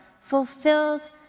fulfills